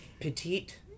Petite